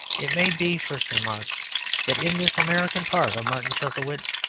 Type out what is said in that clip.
it may be first remarked that in this american part of martin chuzzlewit,